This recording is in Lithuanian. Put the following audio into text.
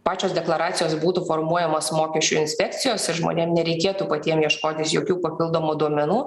pačios deklaracijos būtų formuojamas mokesčių inspekcijos ir žmonėm nereikėtų patiem ieškotis jokių papildomų duomenų